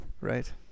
Right